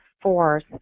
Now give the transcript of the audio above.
force